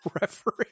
referee